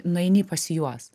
nueini pas juos